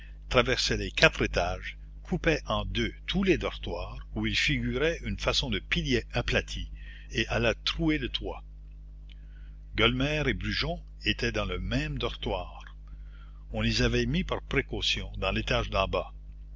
traversait les quatre étages coupait en deux tous les dortoirs où il figurait une façon de pilier aplati et allait trouer le toit gueulemer et brujon étaient dans le même dortoir on les avait mis par précaution dans l'étage d'en bas